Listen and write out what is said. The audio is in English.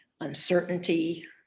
uncertainty